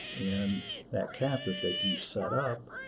and that captive that you've set up,